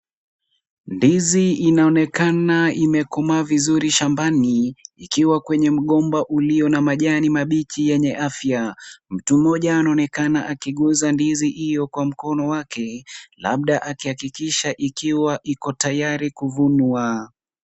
Ndizi inaonekana imekomaa vizuri shambani, ikiwa kwenye mgomba ulio na majani mabichi yenye afya. Mtu mmoja anaonekana akiguza ndizi hiyo kwa mkono wake, labda akihakikisha ikiwa iko tayari kuvunwa.